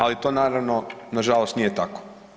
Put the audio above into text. Ali to naravno na žalost nije tako.